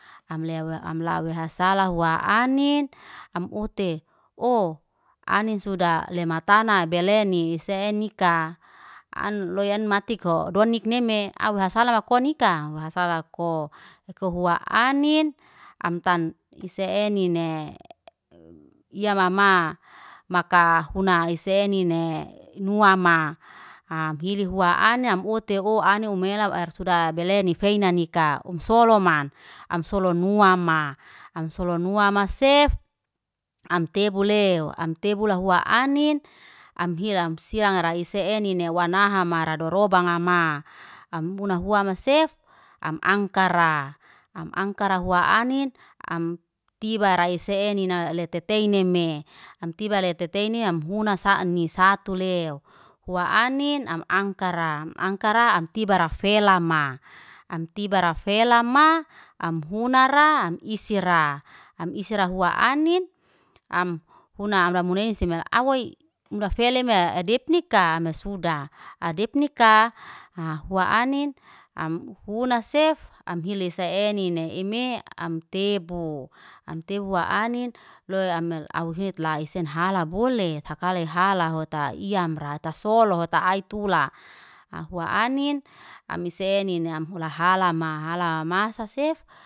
Am lewe am lawihes salahowa anin, am ote. Ow anin suda lematana beleni senika, an loy en matiko. Don nikneme awahasala ma konika, wahasala koh. Ikohua anin am tan ise enen. ya mama makahuna ise nine nua ma, am hili hua anam ute ow anu hum mela air suda belenifeina nika. Om soloman, am solo nua ma. Am solo nua masef, am tebu leu. Am tebu lahua anin, am hilam sirang raise enine wa nahama radorobanga ma. Am buna hua masef, am angkara. Am angkara hua anin, am tiba raise anine letete neme. Am tiba letete ne, am huna saa nisatu leu. Hua anin am angkara. Am angkara, am tiba refe lama. Am tiba refelama, am huna ra, am isi ra. Am isi ra hua anin, am huna amra munenisemele. Awoy munafeleme adepnika amesuda. Adepnika, ha hua anin, am huna sef, am hilise enine. Eme am tebu. Am tebu hua anin, leu awehitlaisa en hala bole. Takale hala hota iymra. Ta solo hota aitula. Hua anin, am ise enine am hula hala hala masaa sef.